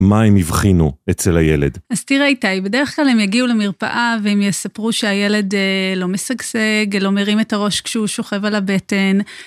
מה הם הבחינו אצל הילד? אז תראה איתי, בדרך כלל הם יגיעו למרפאה והם יספרו שהילד לא משגשג, לא מרים את הראש כשהוא שוכב על הבטן.